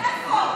איפה?